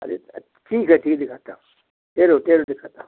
अरे ठीक है ठीक दिखाता हूँ ठहरो ठहरो दिखाता हूँ